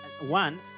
one